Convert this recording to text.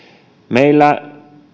meillä